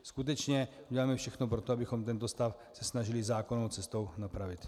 Skutečně uděláme všechno pro to, abychom tento stav se snažili zákonnou cestou napravit.